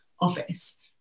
office